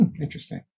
Interesting